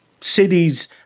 Cities